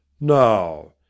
Now